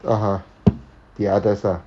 (uh huh) the others lah